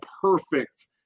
perfect –